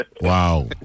Wow